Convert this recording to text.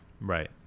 Right